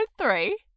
three